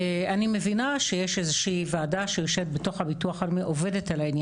אני מבינה שיש איזושהי וועדה שיושבת בתוך הביטוח הלאומי,